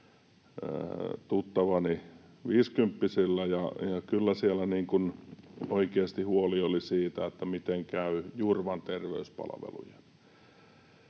tuttavani viisikymppisillä, ja kyllä siellä oikeasti oli huoli siitä, miten käy Jurvan terveyspalvelujen.